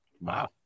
Wow